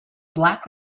black